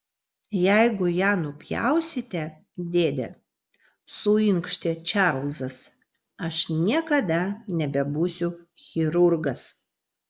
jeigu ją nupjausite dėde suinkštė čarlzas aš niekada nebebūsiu chirurgas